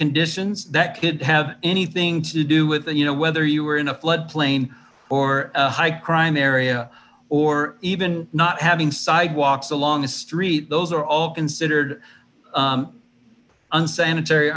conditions that could have anything to do with you know whether you were in a floodplain or a high crime area or even not having sidewalks along the street those are all considered unsanitary